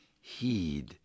heed